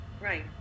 Right